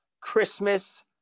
Christmas